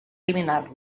eliminar